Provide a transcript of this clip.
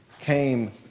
came